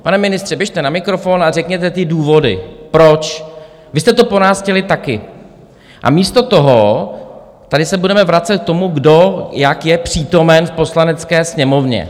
Pane ministře, běžte na mikrofon a řekněte ty důvody, proč, vy jste to po nás chtěli taky, a místo toho se tady budeme vracet k tomu, kdo jak je přítomen v Poslanecké sněmovně.